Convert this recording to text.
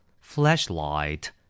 Flashlight